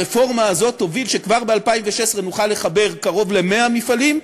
הרפורמה הזאת תוביל לכך שכבר ב-2016 נוכל לחבר קרוב ל-100 מפעלים,